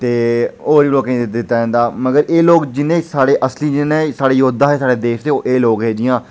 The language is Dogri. ते होर बी लोकें गी दित्ता जंदा मगर एह् लोक मतलब जिन्ने साढ़े असली जिन्ने साढ़े जोधा हे साढ़े देश दे एह् लोक हे जियां